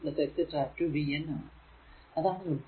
അതാണ് നമുക്ക് കിട്ടുക